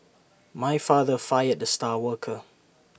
my father fired the star worker